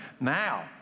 now